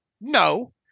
no